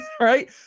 right